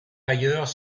ailleurs